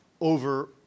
over